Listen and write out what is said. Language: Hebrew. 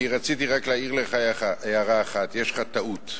אני רציתי רק להעיר לך הערה אחת, יש לך טעות.